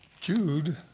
Jude